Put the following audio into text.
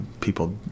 people